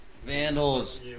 Vandals